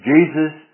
Jesus